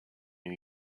new